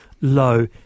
low